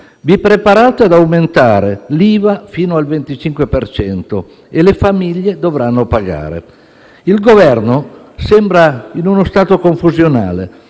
Vi preparate ad aumentare l'IVA fino al 25 per cento e le famiglie dovranno pagare. Il Governo sembra in uno stato confusionale: